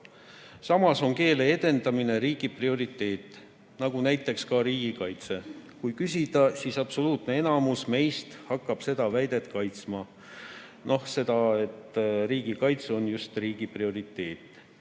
Samas on keele edendamine riigi prioriteet, nagu näiteks ka riigikaitse. Kui küsida, siis absoluutne enamus meist hakkab seda väidet kaitsma – seda, et riigikaitse on just riigi prioriteet.